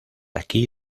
aquí